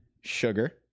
sugar